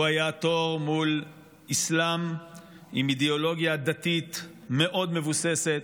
הוא היה תור מול אסלאם עם אידיאולוגיה דתית מאוד מבוססת,